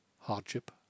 Hardship